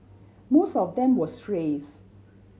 most of them were strays